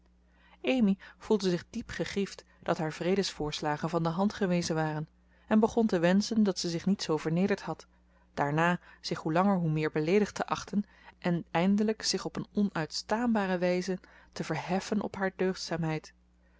amy voelde zich diep gegriefd dat haar vredesvoorslagen van de hand gewezen waren en begon te wenschen dat ze zich niet zoo vernederd had daarna zich hoe langer hoe meer beleedigd te achten en eindelijk zich op een onuitstaanbare wijze te verheffen op haar deugdzaamheid